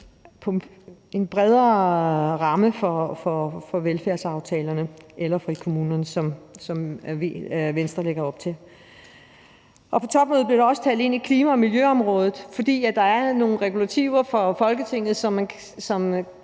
på en bredere ramme for velfærdsaftalerne eller frikommunerne, som Venstre lægger op til. På topmødet blev der også talt ind i klima- og miljøområdet, for dér er der nogle regulativer fra Folketinget,